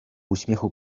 uśmiechu